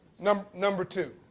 number number two,